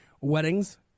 weddings